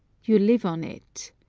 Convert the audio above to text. you live on it.